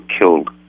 killed